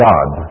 God